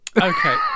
okay